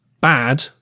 bad